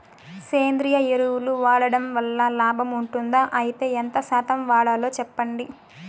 సేంద్రియ ఎరువులు వాడడం వల్ల లాభం ఉంటుందా? అయితే ఎంత శాతం వాడాలో చెప్పండి?